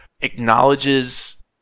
acknowledges